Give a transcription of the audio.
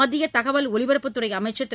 மத்திய தகவல் ஒலிபரப்புத்துறை அமைச்சர் திரு